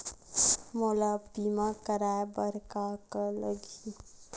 मोला बीमा कराये बर का का लगही?